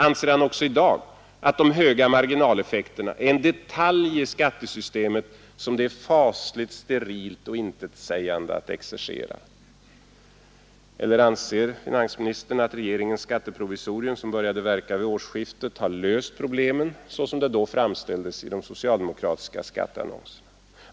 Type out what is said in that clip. Anser han också i dag att de höga marginaleffekterna är en ”detalj” 1 skattesystemet som det är ”Ttasligt sterilt och intetsägande” att diskutera? Eller anser finansministern att regeringens skatteprovisorium som började verka vid årsskiftet löst problemen som det framställs i de socialdemokratiska skatteannonserna?